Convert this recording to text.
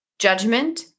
judgment